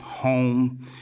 home